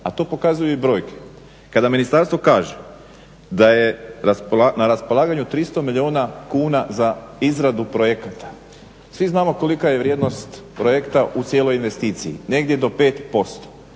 a to pokazuju i brojke. Kada ministarstvo kaže da je na raspolaganju 300 milijuna kuna za izradu projekata, svi znamo kolika je vrijednost projekta u cijeloj investiciji negdje do 5%